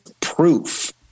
proof